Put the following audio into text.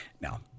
Now